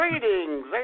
greetings